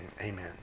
amen